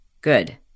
Good